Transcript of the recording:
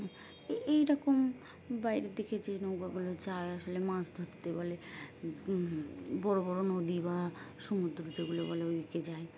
এইরকম বাইরের দিকে যে নৌকাগুলো যায় আসলে মাছ ধরতে বলে বড় বড় নদী বা সমুদ্র যেগুলো বলে ওদিকে যায়